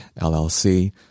LLC